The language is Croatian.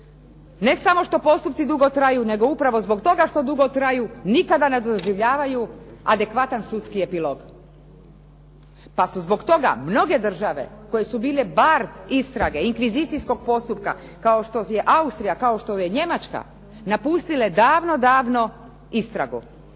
Ne samo što postupci dugo traju nego upravo zbog toga što dugo traju nikada ne doživljavaju adekvatan sudski epilog pa su zbog toga mnoge države koje su bile bard istrage, inkvizijskog postupka kao što je Austrija, kao što je Njemačka napustile davno istragu.